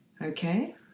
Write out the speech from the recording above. okay